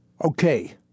Okay